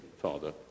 father